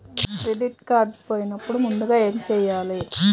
Credit card పోయినపుడు ముందుగా ఏమి చేయాలి?